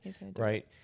right